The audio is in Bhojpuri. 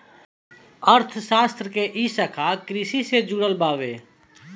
अर्थशास्त्र के इ शाखा कृषि से जुड़ल बावे